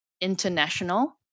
international